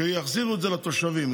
שיחזירו את זה לתושבים.